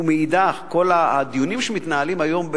ומאידך גיסא כל הדיונים שמתנהלים היום,